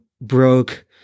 broke